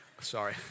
Sorry